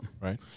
Right